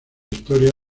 historia